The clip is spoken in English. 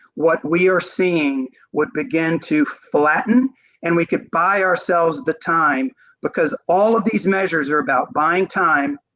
what we are seeing would begin to flatten and we get by ourselves at the time because all of these measures are about buying time